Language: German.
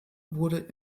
wurde